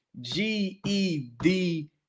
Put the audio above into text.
GED